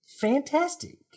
Fantastic